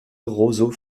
roseaux